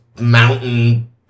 mountain